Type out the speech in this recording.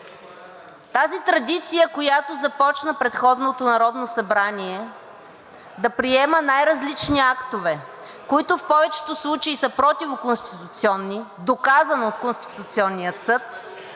тази традиция, която започна предходното Народно събрание – да приема най-различни актове, които в повечето случаи са противоконституционни, доказано от Конституционния съд,